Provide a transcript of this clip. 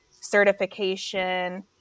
certification